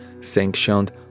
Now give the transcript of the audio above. sanctioned